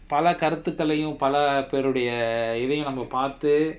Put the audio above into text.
பல கருத்துகலயும் பல பேருடைய இதயும் நம்ம பாத்து:pala karuthukalayum pala perudaiya ithayum namma paathu